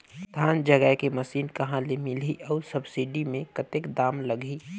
धान जगाय के मशीन कहा ले मिलही अउ सब्सिडी मे कतेक दाम लगही?